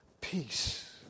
Peace